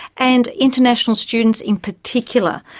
and international students in particular.